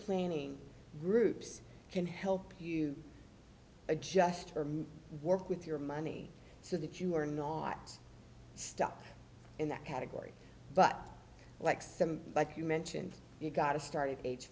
planning groups can help you adjust for work with your money so that you are not stuck in that category but like some like you mentioned you got a start of age